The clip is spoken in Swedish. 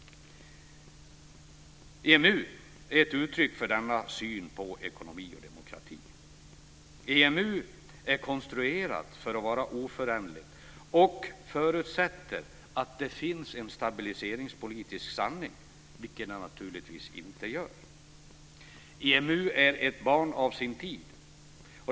EMU är ett uttryck för denna syn på ekonomi och demokrati. EMU är konstruerat för att vara oföränderligt och förutsätter att det finns en stabiliseringspolitisk sanning, vilket det naturligtvis inte gör. EMU är ett barn av sin tid.